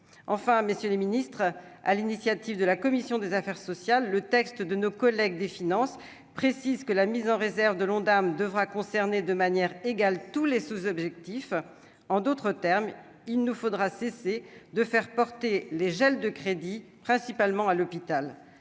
enfin, messieurs les Ministres, à l'initiative de la commission des affaires sociales, le texte de nos collègues des Finances précise que la mise en réserve de l'Ondam devra concerner de manière égale tous les sous-objectifs en d'autres termes, il nous faudra cesser de faire porter les gels de crédits principalement à l'hôpital,